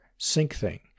SyncThing